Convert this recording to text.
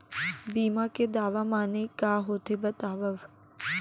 बीमा के दावा माने का होथे बतावव?